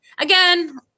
again